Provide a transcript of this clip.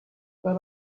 but